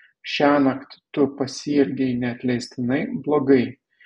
šiąnakt tu pasielgei neatleistinai blogai